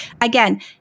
Again